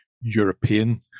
European